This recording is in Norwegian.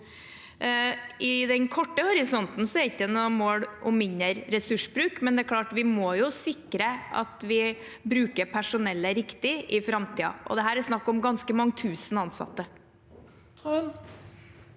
I den korte horisonten er det ikke noe mål om mindre ressursbruk, men det er klart: Vi må jo sikre at vi bruker personellet riktig i framtiden, og dette er snakk om ganske mange tusen ansatte.